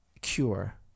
cure